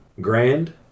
Grand